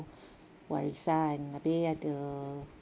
warisan abeh ada